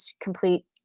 complete